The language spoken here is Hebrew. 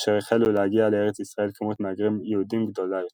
כאשר החלו להגיע לארץ ישראל כמות מהגרים יהודים גדולה יותר.